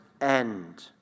end